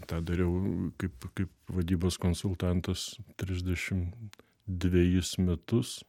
tą dariau kaip kaip vadybos konsultantas trisdešim dvejus metus